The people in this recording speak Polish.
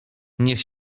niech